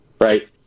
Right